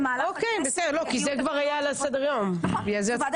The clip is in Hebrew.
כבר על סדר היום.